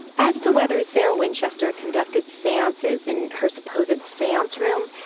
as to whether sarah winchester conducted seances, in her supposed seance room,